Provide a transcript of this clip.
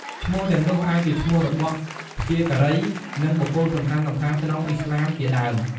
ឈ្មោះទាំងនោះអាចជាឈ្មោះរបស់ព្យាការី និងបុគ្គលសំខាន់ៗក្នុងឥស្លាមជាដើម។